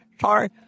Sorry